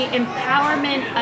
empowerment